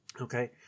Okay